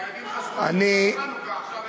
הילדים חזרו מחופשת חנוכה, ועכשיו,